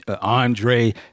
Andre